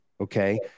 okay